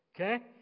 Okay